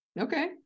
Okay